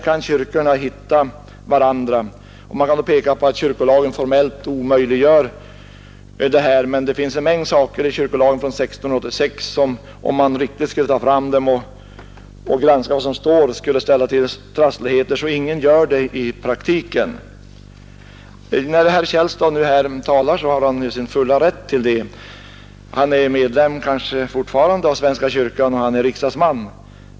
Man pekar kanske på att kyrkolagen formellt omöjliggör detta, men det finns en mängd saker i kyrkolagen från 1686 som, om man riktigt skulle granska vad som står, skulle ställa till trassligheter, så ingen gör det i praktiken. Herr Källstad är naturligtvis i sin fulla rätt när han talar här. Han är kanske fortfarande medlem i svenska kyrkan och han är riksdagsman.